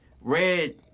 Red